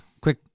quick